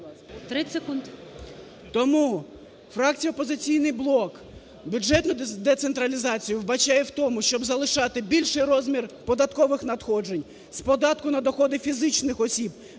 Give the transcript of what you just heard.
Тому фракція "Опозиційний блок" бюджетну децентралізацію вбачає в тому, щоб залишати більший розмір податкових надходжень, з податку на доходи фізичних осіб